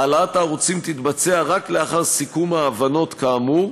העלאת הערוצים תתבצע רק לאחר סיכום ההבנות כאמור,